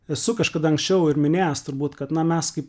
esu kažkada anksčiau ir minėjęs turbūt kad na mes kaip